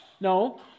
No